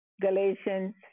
Galatians